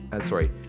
sorry